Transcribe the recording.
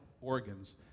organs